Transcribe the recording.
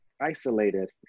isolated